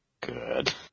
Good